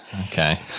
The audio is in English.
Okay